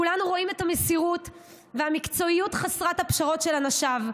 כולנו רואים את המסירות והמקצועיות חסרת הפשרות של אנשיו,